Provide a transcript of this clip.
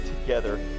together